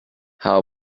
how